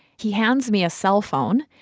he hands me a cellphone.